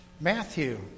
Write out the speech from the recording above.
Matthew